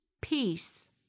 peace